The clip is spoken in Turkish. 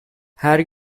her